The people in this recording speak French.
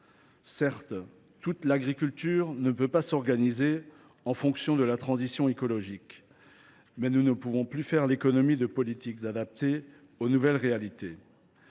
Certes, toute l’agriculture ne peut pas s’organiser en fonction de la transition écologique, mais nous ne pouvons plus faire l’économie de politiques adaptées aux nouvelles réalités.